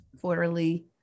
quarterly